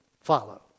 follow